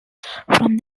from